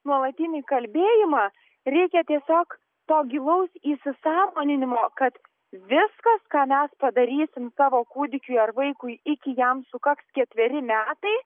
nuolatinį kalbėjimą reikia tiesiog to gilaus įsisąmoninimo kad viskas ką mes padarysim savo kūdikiui ar vaikui iki jam sukaks ketveri metai